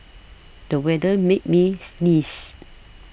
the weather made me sneeze